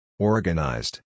Organized